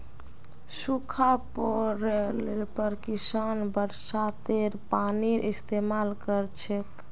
सूखा पोड़ले पर किसान बरसातेर पानीर इस्तेमाल कर छेक